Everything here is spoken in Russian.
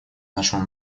нашему